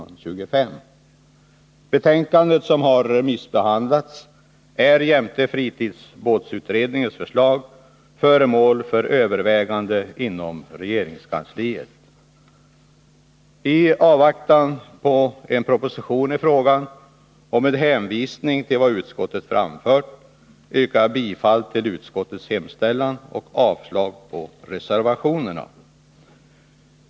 Betänkandet, som har remissbehandlats, är jämte fritidsbåtsutredningens förslag föremål för överväganden inom regeringskansliet. I avvaktan på en proposition i frågan och med hänvisning till vad utskottet anfört yrkar jag bifall till utskottets hemställan och avslag på reservationen.